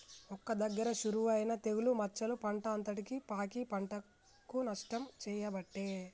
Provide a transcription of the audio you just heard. ఒక్క దగ్గర షురువు అయినా తెగులు మచ్చలు పంట అంతటికి పాకి పంటకు నష్టం చేయబట్టే